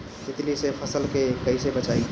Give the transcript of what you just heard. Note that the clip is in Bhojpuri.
तितली से फसल के कइसे बचाई?